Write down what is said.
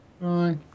Bye